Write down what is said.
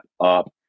up